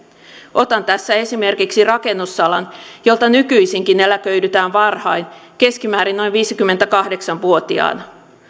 otan tässä esimerkiksi rakennusalan jolta nykyisinkin eläköidytään varhain keskimäärin noin viisikymmentäkahdeksan vuotiaana